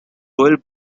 royal